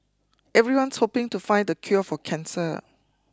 everyone's hoping to find the cure for cancer